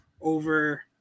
over